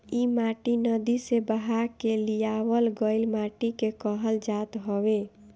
इ माटी नदी से बहा के लियावल गइल माटी के कहल जात हवे